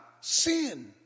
sin